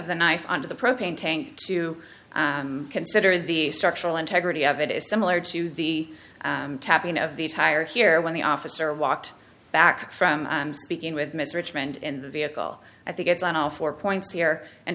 the knife on to the propane tank to consider the structural integrity of it is similar to the tapping of these higher here when the officer walked back from speaking with mr richmond in the vehicle i think it's on all four points here in